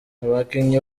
abakinnyi